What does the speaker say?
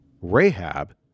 Rahab